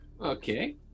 okay